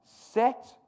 Set